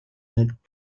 that